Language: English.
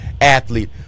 athlete